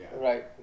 Right